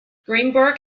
greenberg